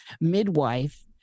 Midwife